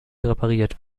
repariert